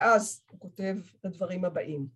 ‫ואז הוא כותב את הדברים הבאים.